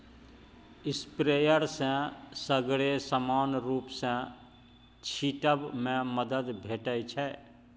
sprayer सँ सगरे समान रुप सँ छीटब मे मदद भेटै छै